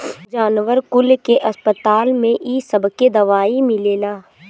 जानवर कुल के अस्पताल में इ सबके दवाई मिलेला